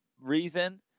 reason